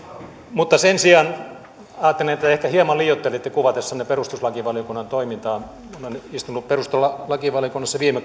mutta sen sijaan ajattelin että ehkä hieman liioittelitte kuvatessanne perustuslakivaliokunnan toimintaa olen istunut perustuslakivaliokunnassa viime